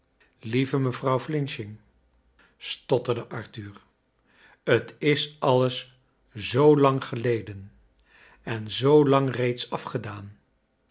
lieve mevrouw flinching stotterde arthur t is alles zoo lang geleden en zoo lang reeds afgedaan